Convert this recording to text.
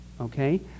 Okay